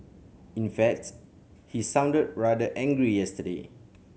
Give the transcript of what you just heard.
in facts he sounded rather angry yesterday